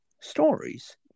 stories